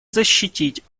защитить